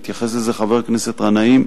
והתייחס לזה חבר הכנסת גנאים.